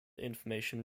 information